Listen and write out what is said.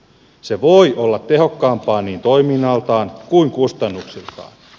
se voi olla tehokkaampaa niin toiminnaltaan kuin kustannuksiltaan